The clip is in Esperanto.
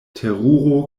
teruro